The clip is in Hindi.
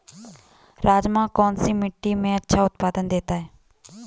राजमा कौन सी मिट्टी में अच्छा उत्पादन देता है?